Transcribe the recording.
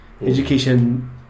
education